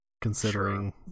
considering